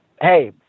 hey